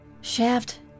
Shaft